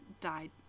died